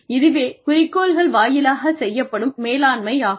இதுவே குறிக்கோள்கள் வாயிலாகச் செய்யப்படும் மேலாண்மை ஆகும்